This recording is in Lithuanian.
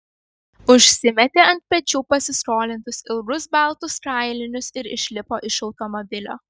užsimetė ant pečių pasiskolintus ilgus baltus kailinius ir išlipo iš automobilio